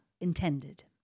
intended